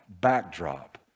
backdrop